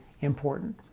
important